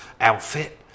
outfit